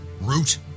Root